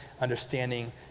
understanding